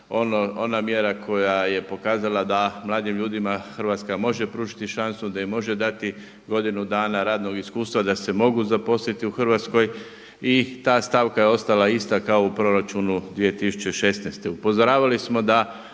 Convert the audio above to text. Ona mjera koja je pokazala da mladim ljudima Hrvatska može pružiti šansu da im može dati godinu dana radnog iskustva da se mogu zaposliti u Hrvatskoj i ta stavka je ostala ista kao u proračunu 2016. Upozoravali smo da